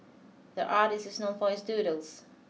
the artist is known for his doodles